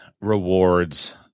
rewards